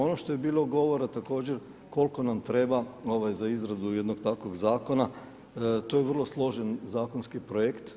Ono što je bilo govora također koliko nam treba za izradu jednog takvog zakona to je vrlo složen zakonski projekt.